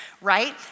right